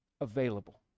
available